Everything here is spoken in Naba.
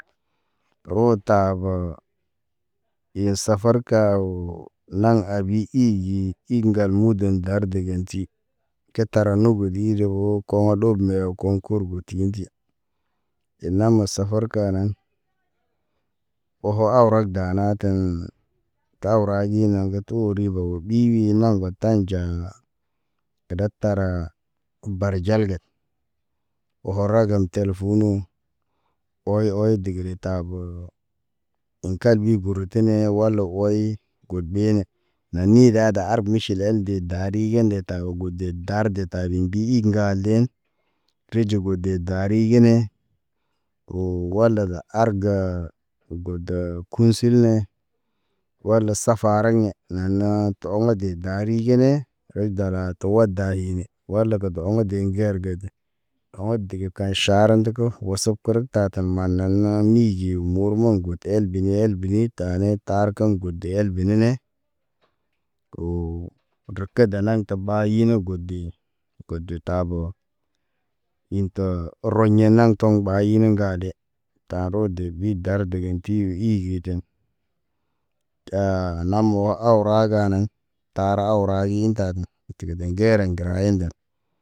Rota ve i safarka o laŋ abi ii yi, ig ŋgal mu de ndar degenti. Te tara nugu ɗi re o kɔ ɗob me yɔ concour ge ti gen ti. E nam me safarka nen, ɔhɔ awrag dana ten taw ra ɲina ge tu ribo ɓi-ɓi i naŋgo taɲ ja gera tara. Bar jalged, ora gan tel funu, ɔy-ɔy degre ta bee in kal ɓi boro tene wala way. God ɓenee, na ni dada ar be miʃ el de dari ŋge de ta o gode dar de ta bi mbii ŋgalen, riji gode dari ge nee. Oo wala da arga, gode kun silne wala safa harag ɲe nane tɔŋ de da. Dari ge ne, reg dala to wa dayi ne, wala ge de ɔŋg de ŋgergege. Ɔŋg dege kaɲ ʃar ndogo oseb kerek taten, man nanen mige mor moŋgo el bini el bini ta ne tar keŋgo de. De el benene, oo reke dana te ɓa yine gode, gode ta ɓo. Ḭ te rɔyɲe naŋ tɔŋ ɓa ine ŋgale, ta rɔ de bi dar degenti ihigi ten. Ya nam wa aw raganen tara awra ḭ taten, utili ɓe ŋgereŋ gəra i nden.